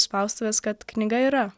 spaustuvės kad knyga yra